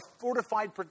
fortified